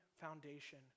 foundation